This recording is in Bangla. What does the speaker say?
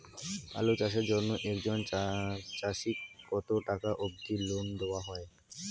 আলু চাষের জন্য একজন চাষীক কতো টাকা অব্দি লোন দেওয়া হয়?